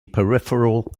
peripheral